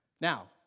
Now